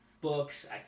books